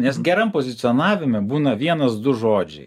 nes geram pozicionavime būna vienas du žodžiai